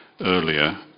earlier